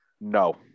no